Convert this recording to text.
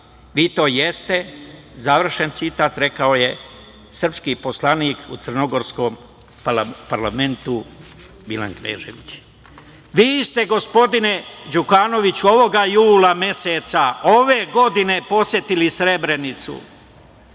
vi to jeste" završen citat, rekao je srpski poslanik u crnogorskom parlamentu, Milan Knežević. Vi ste, gospodine Đukanoviću, ovoga jula meseca ove godine posetili Srebrenicu,